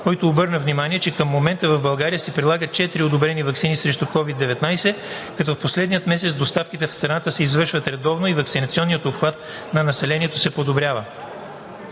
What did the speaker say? който обърна внимание, че към момента в България се прилагат четири одобрени ваксини срещу COVID-19, като в последния месец доставките в страната се извършват редовно и ваксинационният обхват на населението се подобрява.